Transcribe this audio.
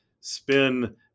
spin